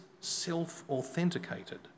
self-authenticated